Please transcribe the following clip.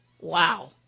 Wow